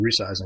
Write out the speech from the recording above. resizing